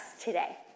today